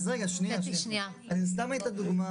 ברשותכם,